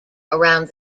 around